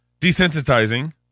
desensitizing